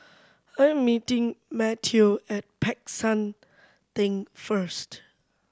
I'm meeting Mateo at Peck San Theng first